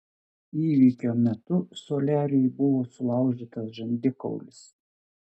įvykio metu soliariui buvo sulaužytas žandikaulis